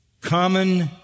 common